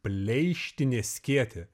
pleištinė skėtė